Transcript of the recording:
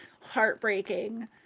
heartbreaking